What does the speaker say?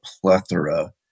plethora